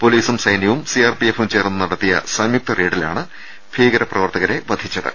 പൊലീസും സൈന്യവും C R P എഫും ചേർന്ന് നടത്തിയ സംയുക്ത റെയ്ഡിലാണ് ഭീകര പ്രവർത്ത കരെ വധിച്ചത്